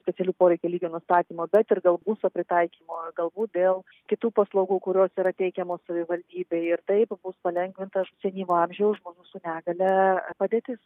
specialių poreikių lygio nustatymo bet ir dėl būsto pritaikymo galbūt dėl kitų paslaugų kurios yra teikiamos savivaldybėj ir taip bus palengvintas senyvo amžiaus žmonių su negalia padėtis